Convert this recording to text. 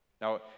Now